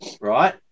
right